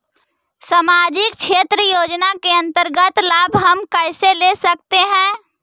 समाजिक क्षेत्र योजना के अंतर्गत लाभ हम कैसे ले सकतें हैं?